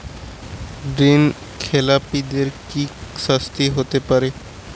ঋণ খেলাপিদের কি শাস্তি হতে পারে?